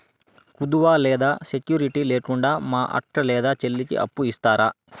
కుదువ లేదా సెక్యూరిటి లేకుండా మా అక్క లేదా చెల్లికి అప్పు ఇస్తారా?